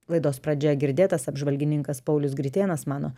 laidos pradžioje girdėtas apžvalgininkas paulius gritėnas mano